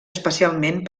especialment